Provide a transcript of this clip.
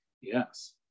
Yes